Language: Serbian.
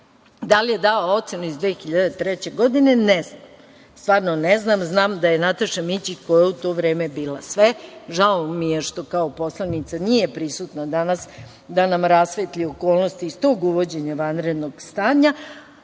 Da li je dao ocenu iz 2003. godine, ne znam. Stvarno ne znam. Znam da je Nataša Mićić, koja je u to vreme bila sve, žao mi je što kao poslanica nije prisutna danas, da nam rasvetli okolnosti iz tog uvođenja vanrednog stanja,